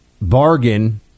bargain